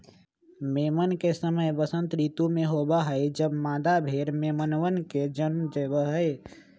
मेमन के समय वसंत ऋतु में होबा हई जब मादा भेड़ मेमनवन के जन्म देवा हई